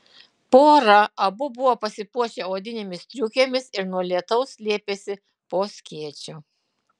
pora abu buvo pasipuošę odinėmis striukėmis ir nuo lietaus slėpėsi po skėčiu